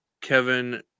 Kevin